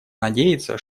надеется